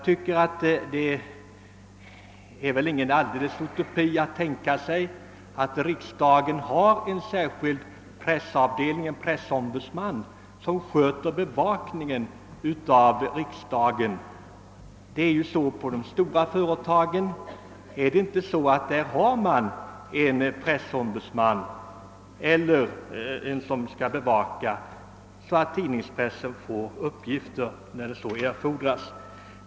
Det kan väl inte anses vara en utopi att tänka sig att riksdagen har en särskild pressombudsman som sköter bevakningen av riksdagens arbete. Har man inte inom de stora företagen en pressombudsman eller någon annan person som ger pressen uppgifter när så erfordras?